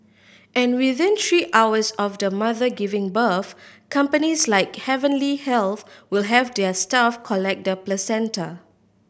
and within three hours of the mother giving birth companies like Heavenly Health will have their staff collect the placenta